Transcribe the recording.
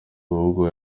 ahubwo